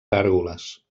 gàrgoles